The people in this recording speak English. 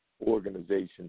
organization